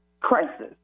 crisis